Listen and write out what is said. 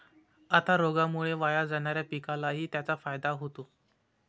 आता रोगामुळे वाया जाणाऱ्या पिकालाही त्याचा फायदा होतो